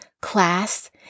class